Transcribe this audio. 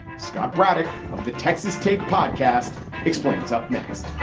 scott braddick of the texas take podcast explains up next